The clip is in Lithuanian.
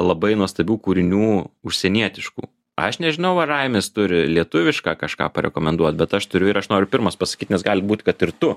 labai nuostabių kūrinių užsienietiškų aš nežinau ar raimis turi lietuvišką kažką parekomenduot bet aš turiu ir aš noriu pirmas pasakyt nes gali būt kad ir tu